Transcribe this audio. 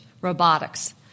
Robotics